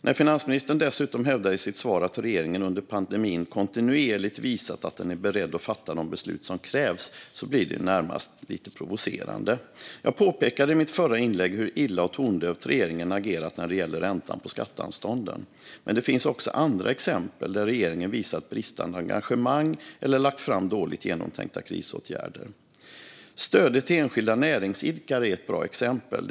När finansministern dessutom i sitt svar hävdar att regeringen under pandemin kontinuerligt visat att den är beredd att fatta de beslut som krävs blir det närmast lite provocerande. Jag påpekade i mitt förra inlägg hur illa och tondövt regeringen agerat när det gäller räntan på skatteanstånden. Men det finns också andra exempel där regeringen visat bristande engagemang eller lagt fram dåligt genomtänkta krisåtgärder. Stödet till enskilda näringsidkare är ett bra exempel.